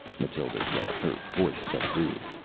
mathild said, her voice subdued.